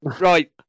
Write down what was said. Right